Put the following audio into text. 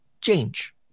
change